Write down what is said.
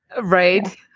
right